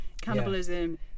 cannibalism